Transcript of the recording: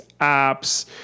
apps